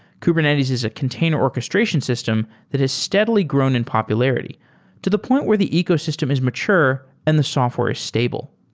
kubernetes is a container orchestration system that has steadily grown in popularity to the point where the ecosystem is mature and the software is stable.